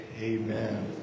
Amen